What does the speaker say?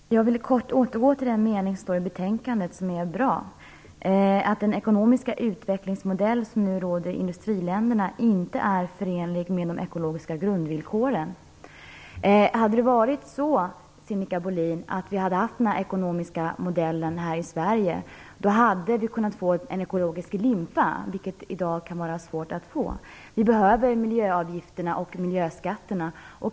Fru talman! Jag vill kort återgå till en mening i betänkandet som är bra - att den ekonomiska utvecklingsmodell som nu råder i industriländerna inte är förenlig med de ekologiska grundvillkoren. Hade vi haft nämnda ekonomiska modell i Sverige, Sinikka Bohlin, då hade vi kunnat få en ekologisk limpa, vilket i dag kan vara svårt att få. Vi behöver miljöavgifterna och miljöskatterna.